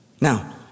Now